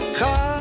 car